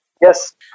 Yes।